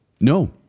No